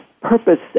purpose